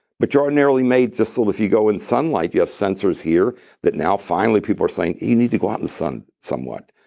but you're ordinarily made just so that if you go in sunlight, you have sensors here that now finally people are saying, you need to go out in the sun somewhat.